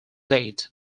date